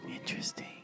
Interesting